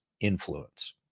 influence